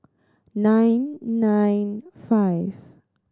nine nine five